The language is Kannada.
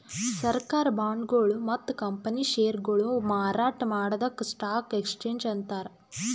ಸರ್ಕಾರ್ ಬಾಂಡ್ಗೊಳು ಮತ್ತ್ ಕಂಪನಿ ಷೇರ್ಗೊಳು ಮಾರಾಟ್ ಮಾಡದಕ್ಕ್ ಸ್ಟಾಕ್ ಎಕ್ಸ್ಚೇಂಜ್ ಅಂತಾರ